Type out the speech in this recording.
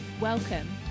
welcome